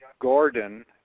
Gordon